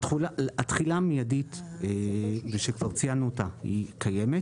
התחילה המיידית, כפי שכבר ציינו אותה, קיימת.